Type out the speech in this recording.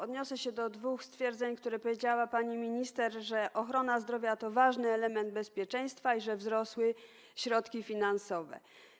Odniosę się do dwóch stwierdzeń, o których powiedziała pani minister, że ochrona zdrowia to ważny element bezpieczeństwa i że wzrosły środki finansowe.